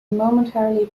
momentarily